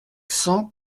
cents